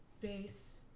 base